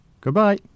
Goodbye